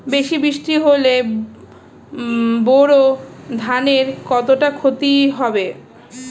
বেশি বৃষ্টি হলে বোরো ধানের কতটা খতি হবে?